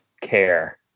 care